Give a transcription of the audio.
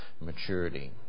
maturity